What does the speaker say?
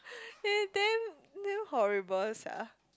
they damn damn horrible sia